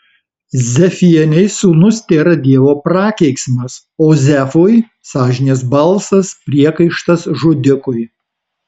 zefienei sūnus tėra dievo prakeiksmas o zefui sąžinės balsas priekaištas žudikui